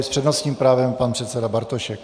S přednostním právem pan předseda Bartošek.